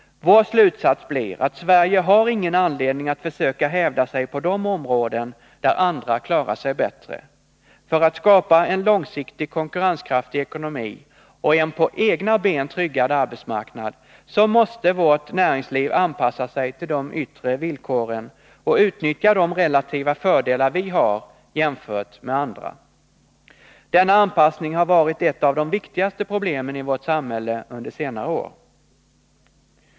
Vår slutsats blir att Sverige inte har någon anledning att försöka hävda sig på de områden där andra klarar sig bättre. För att skapa en långsiktigt konkurrenskraftig ekonomi och en på egna ben tryggad arbetsmarknad måste vårt näringsliv anpassa sig till de yttre villkoren och utnyttja de relativa fördelar vi har jämfört med andra. Denna anpassning har varit ett av de viktigaste problemen i vårt samhälle under senare år.